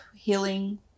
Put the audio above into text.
healing